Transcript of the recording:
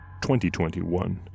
2021